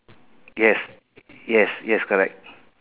yes yes yes correct